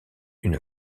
une